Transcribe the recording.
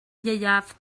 ieuaf